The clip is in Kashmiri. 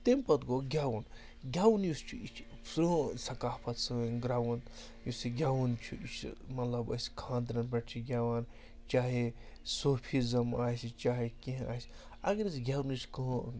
تَمہِ پَتہٕ گوٚو گٮ۪وُن گٮ۪وُن یُس چھُ یہِ چھِ پرٛٲنۍ ثقافَت سٲنۍ گرٛوُن یُس یہِ گٮ۪وُن چھُ یہِ چھِ مطلب أسۍ خانٛدرَن پٮ۪ٹھ چھِ گٮ۪وان چاہے صوفیٖزٕم آسہِ چاہے کیٚنٛہہ آسہِ اگر أسۍ گٮ۪ونٕچ کٲم